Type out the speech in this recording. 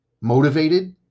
Motivated